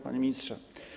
Panie Ministrze!